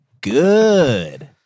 good